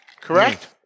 correct